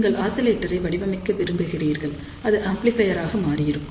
நீங்கள் ஆசிலேட்டரை வடிவமைக்க விரும்புகிறீர்கள் அது ஆம்ப்ளிபையர் ஆக மாறியிருக்கும்